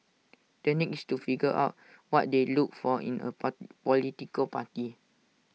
the next to figure out what they looked for in A part political party